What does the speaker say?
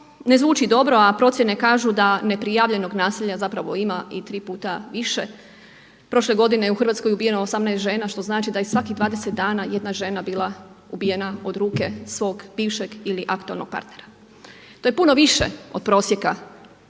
ne zvuči dobro, a procjene kažu da ne prijavljenog nasilja ima i tri puta više. Prošle godine u Hrvatskoj je ubijeno 18 žena što znači da je svakih 20 dana jedna žena bila ubijena od ruke svog bivšeg ili aktualnog partnera. To je puno više od prosjeka